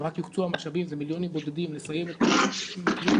אם רק יוקצו המשאבים ומיליונים בודדים לסיים את זה.